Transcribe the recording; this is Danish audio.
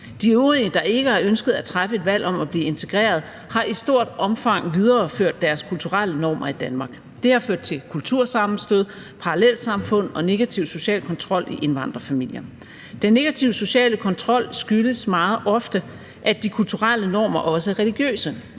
De øvrige, der ikke har ønsket at træffe et valg om at blive integreret, har i stort omfang videreført deres kulturelle normer i Danmark. Det har ført til kultursammenstød, parallelsamfund og negativ social kontrol i indvandrerfamilier. Den negative sociale kontrol skyldes meget ofte, at de kulturelle normer også er religiøse.